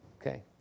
Okay